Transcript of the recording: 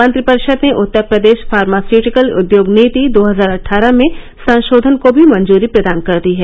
मंत्रिपरिषद ने उत्तर प्रदेश फार्मास्यूटिकल उद्योग नीति दो हजार अट्ठारह में संशोधन को भी मंजूरी प्रदान कर दी है